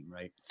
Right